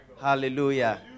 Hallelujah